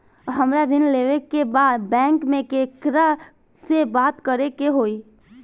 हमरा ऋण लेवे के बा बैंक में केकरा से बात करे के होई?